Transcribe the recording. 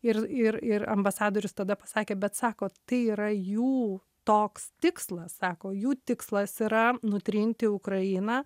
ir ir ir ambasadorius tada pasakė bet sako tai yra jų toks tikslas sako jų tikslas yra nutrinti ukrainą